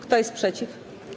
Kto jest przeciw?